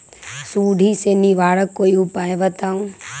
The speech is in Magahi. सुडी से निवारक कोई उपाय बताऊँ?